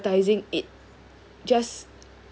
advertising it just